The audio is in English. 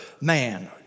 man